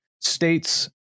states